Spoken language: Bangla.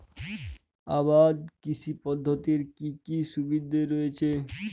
আবাদ কৃষি পদ্ধতির কি কি সুবিধা রয়েছে?